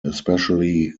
especially